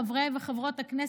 חברי וחברות הכנסת,